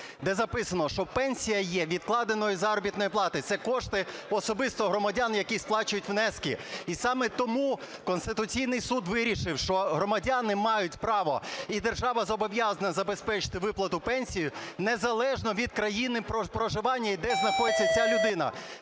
де записано, що пенсія є відкладеною із заробітної плати, це кошти особисто громадян, які сплачують внески. І саме тому Конституційний Суд вирішив, що громадяни мають право, і держава зобов'язана забезпечити виплату пенсій незалежно від країни проживання і де знаходиться ця людина.